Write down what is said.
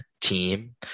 team